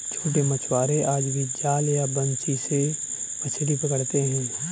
छोटे मछुआरे आज भी जाल या बंसी से मछली पकड़ते हैं